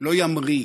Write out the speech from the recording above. לא ימריא.